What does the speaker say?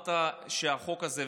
אמרת שהחוק הזה,